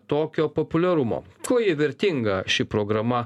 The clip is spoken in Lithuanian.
tokio populiarumo kuo ji vertinga ši programa